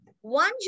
one